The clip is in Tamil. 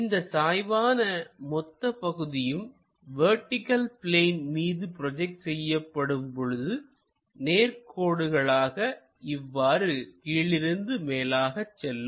இந்த சாய்வான மொத்த பகுதியும் வெர்டிகள் பிளேன் மீது ப்ரோஜெக்ட் செய்யப்படும் பொழுது நேர் கோடுகளாக இவ்வாறு கீழிருந்து மேலாகவே செல்லும்